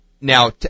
Now